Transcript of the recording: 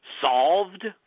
solved